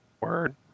Word